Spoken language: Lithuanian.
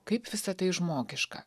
kaip visa tai žmogiška